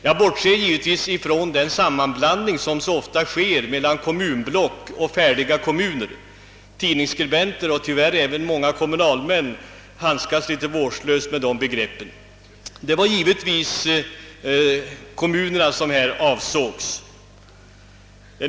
Jag bortser givetvis från den sammanblandning som gjorts mellan kommunblock och storkommuner. Tidningsskribenter — och tyvärr även många kommunalmän — handskas ofta litet vårdslöst med de begreppen. Det var givetvis kommunerna som avsågs.